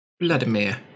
Vladimir